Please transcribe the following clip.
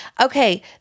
Okay